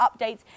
updates